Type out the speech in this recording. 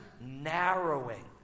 narrowing